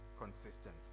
consistent